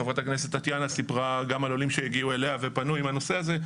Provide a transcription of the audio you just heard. חברת הכנסת טטיאנה סיפרה גם על עולים שהגיעו אליה ופנו עם הנושא הזה,